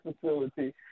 facility